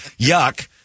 yuck